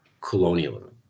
colonialism